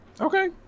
Okay